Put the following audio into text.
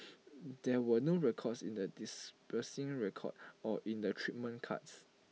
there were no records in the dispersing record or in the treatment cards